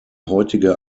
heutige